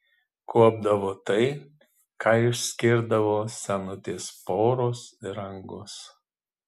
kuopdavo tai ką išskirdavo senutės poros ir angos